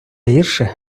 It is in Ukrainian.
гірше